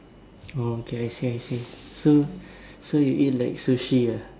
oh okay I see I see so so you eat like Sushi ah